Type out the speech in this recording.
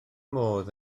modd